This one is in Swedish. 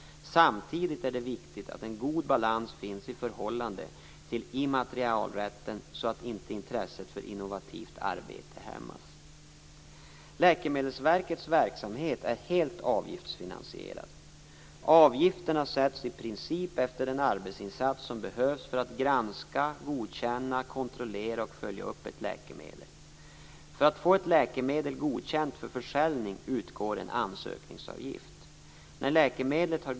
Samtidigt är det viktigt att en god balans finns i förhållande till immaterielrätterna så att intresset för innovativt arbete inte hämmas. Läkemedelsverkets verksamhet är helt avgiftsfinansierad. Avgifterna sätts i princip efter den arbetsinsats som behövs för att granska, godkänna, kontrollera och följa upp ett läkemedel. För att få ett läkemedel godkänt för försäljning utgår en ansökningsavgift.